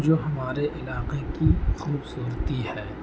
جو ہمارے علاقے کی خوبصورتی ہے